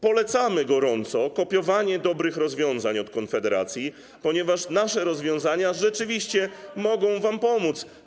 Polecamy gorąco kopiowanie dobrych rozwiązań od Konfederacji, ponieważ nasze rozwiązania rzeczywiście mogą wam pomóc.